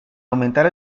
aumentar